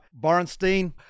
Borenstein